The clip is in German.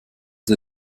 der